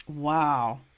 Wow